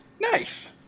Nice